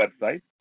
website